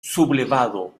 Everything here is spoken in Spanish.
sublevado